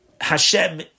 Hashem